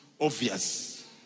obvious